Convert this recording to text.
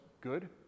good